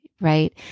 right